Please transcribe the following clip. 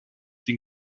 den